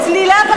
וצלילה וצלילה,